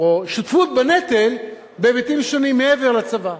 או שותפות בנטל בהיבטים שונים מעבר לצבא,